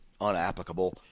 unapplicable